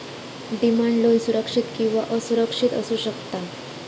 demand loan सुरक्षित किंवा असुरक्षित असू शकता